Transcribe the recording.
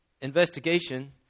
investigation